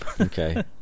okay